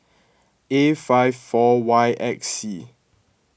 A five four Y X C